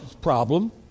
problem